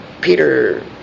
Peter